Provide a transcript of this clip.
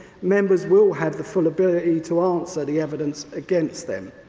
members will have the full ability to answer the evidence against them.